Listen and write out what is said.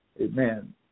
Amen